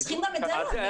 צריכים גם את זה להבין.